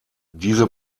diese